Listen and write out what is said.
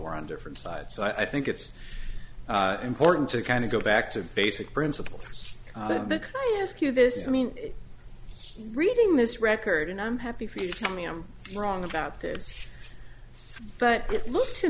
we're on different sides so i think it's important to kind of go back to the basic principles because i ask you this i mean reading this record and i'm happy for you to tell me i'm wrong about this but it looks to